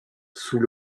sous